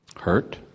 hurt